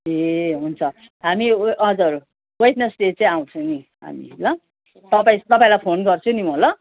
ए हुन्छ हामी हजुर वेडनेसडे चाहिँ आउँछौँ नि हामी ल तपाईँ तपाईँलाई फोन गर्छु नि म ल